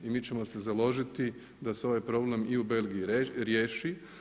I mi ćemo se založiti da se ovaj problem i u Belgiji riješi.